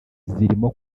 zirimo